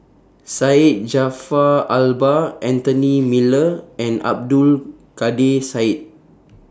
Syed Jaafar Albar Anthony Miller and Abdul Kadir Syed